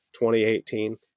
2018